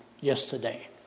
yesterday